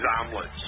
omelets